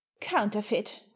counterfeit